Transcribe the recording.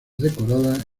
decorada